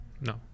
No